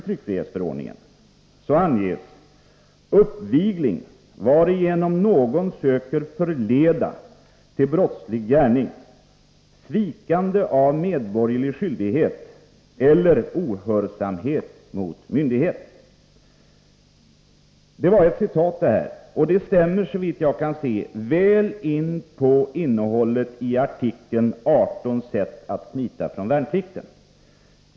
tryckfrihetsförordningen anges: ”uppvigling, varigenom någon söker förleda till brottslig gärning, svikande av medborgerlig skyldighet eller ohörsamhet mot myndighet”. Denna brottsparagraf stämmer såvitt jag kan se väl in på innehållet i artikeln ”18 sätt att smita från värnplikten”.